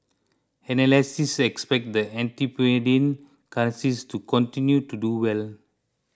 analysts expect the antipodean currencies to continue to do well